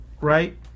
right